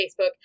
Facebook